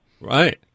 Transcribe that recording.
Right